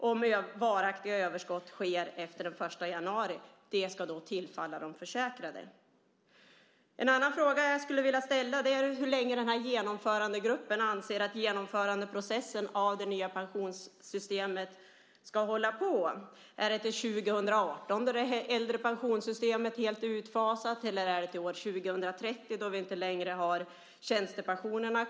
Om varaktiga överskott sker efter den 1 januari ska det tillfalla de försäkrade. En annan fråga som jag skulle vilja ställa är den om hur länge Genomförandegruppen anser att genomförandeprocessen när det gäller det nya pensionssystemet ska hålla på. Är det till år 2018 då det äldre pensionssystemet är helt utfasat, eller är det till år 2030 då vi inte längre har kvar tjänstepensionerna?